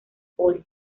polis